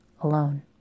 alone